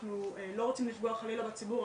אנחנו לא רוצים לפגוע חלילה בציבור,